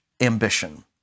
ambition